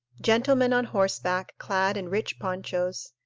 gentlemen on horseback clad in rich ponchos,